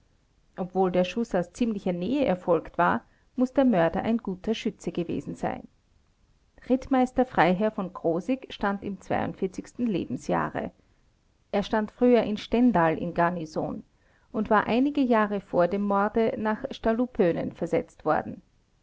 obwohl der schuß aus ziemlicher nähe erfolgt war muß der mörder ein guter schütze gewesen sein rittmeister freiherr v krosigk stand im lebensjahre er stand früher in stendal in garnison und war einige jahre vor dem morde nach stallupönen versetzt worden